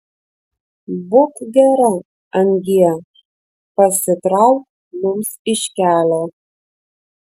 būk gera angie pasitrauk mums iš kelio